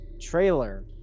trailer